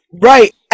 Right